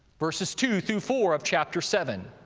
verses two through four of chapter seven.